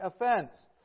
offense